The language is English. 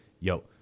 yo